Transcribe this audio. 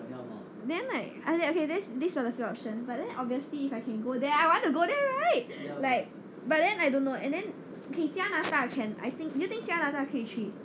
then like I okay okay there's this are the few options but then obviously if I can go there I want to go there right like but then I don't know and then 加拿大 can I think do you think 加拿大可以去